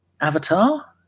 avatar